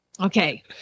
Okay